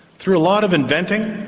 through a lot of inventing,